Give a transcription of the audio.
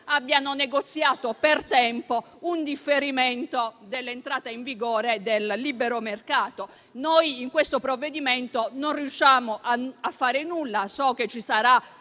abbiano negoziato per tempo un differimento dell’entrata in vigore del libero mercato. Noi in questo provvedimento non riusciamo a fare nulla. So che era